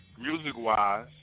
music-wise